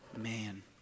man